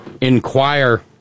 inquire